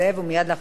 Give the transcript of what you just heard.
ומייד אחריו,